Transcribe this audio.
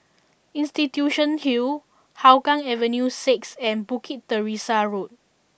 Institution Hill Hougang Avenue Six and Bukit Teresa Road